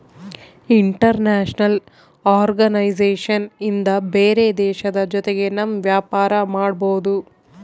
international organisation ಇಂದ ಬೇರೆ ದೇಶದ ಜೊತೆಗೆ ನಮ್ ವ್ಯಾಪಾರ ಮಾಡ್ಬೋದು